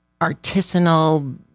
artisanal